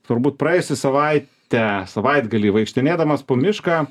turbūt praėjusią savaitę savaitgalį vaikštinėdamas po mišką